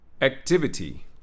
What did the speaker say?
activity